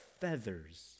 feathers